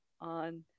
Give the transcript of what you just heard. on